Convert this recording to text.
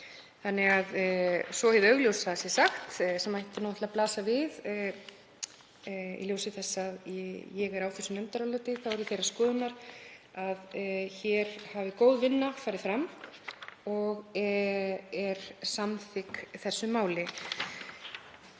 barna. Svo að hið augljósa sé sagt, sem ætti náttúrlega að blasa við í ljósi þess að ég er á þessu nefndaráliti, er ég þeirrar skoðunar að hér hafi góð vinna farið fram og er samþykk þessu máli.